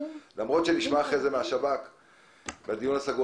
בר סימן טוב,